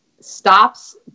stops